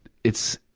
it's,